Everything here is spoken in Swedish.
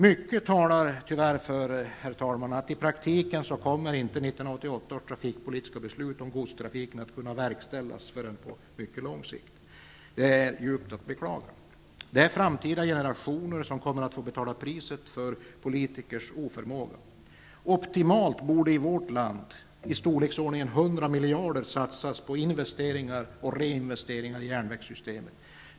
Mycket talar tyvärr för att 1988 års trafikpolitiska beslut om godstrafiken i praktiken inte kommer att kunna verkställas förrän på mycket lång sikt. Detta är djupt beklagligt. Framtida generationer kommer att få betala priset för politikers oförmåga. Optimalt borde i vårt land i storleksordningen 100 miljarder satsas på investeringar och reinvesteringar i järnvägssystemet.